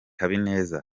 habineza